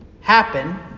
happen